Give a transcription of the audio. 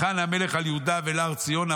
ויחן המלך אל יהודה ואל הר ציון".